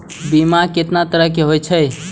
बीमा केतना तरह के हाई छै?